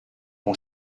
mon